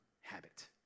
habit